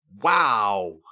Wow